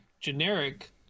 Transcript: generic